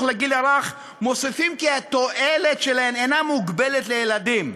לגיל הרך מוסיפים כי התועלת שלהן אינה מוגבלת לילדים.